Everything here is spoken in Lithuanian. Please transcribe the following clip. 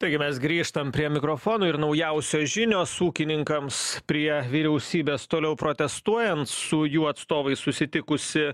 taigi mes grįžtam prie mikrofono ir naujausios žinios ūkininkams prie vyriausybės toliau protestuojant su jų atstovais susitikusi